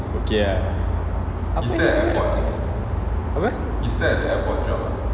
okay ah apa